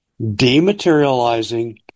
dematerializing